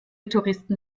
touristen